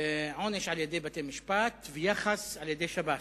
עונש על-ידי בתי-משפט, ויחס על-ידי שב"ס.